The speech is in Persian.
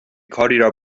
کاری